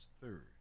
third